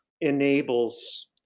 enables